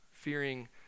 fearing